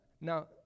now